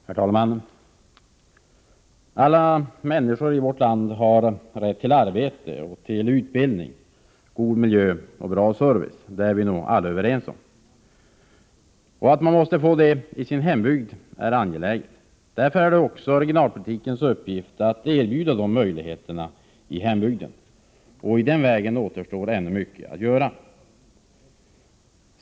Herr talman! Alla människor i vårt land har rätt till arbete, utbildning, god miljö och en god service — det är vi nog överens om. Det är angeläget att människor får detta i sin hembygd. Därför är det regionalpolitikens uppgift att erbjuda dessa möjligheter i hembygden. I det avseendet återstår ännu mycket att göra.